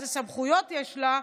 איזה סמכויות יש לה.